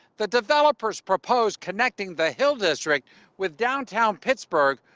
the developers proposed connecting the hill district with downtown pittsburgh,